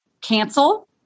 cancel